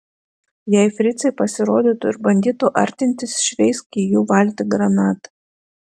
jei fricai pasirodytų ir bandytų artintis šveisk į jų valtį granatą